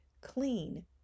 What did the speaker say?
clean